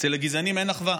אצל הגזענים אין אחווה.